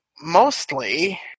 mostly